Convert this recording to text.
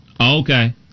okay